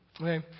okay